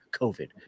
COVID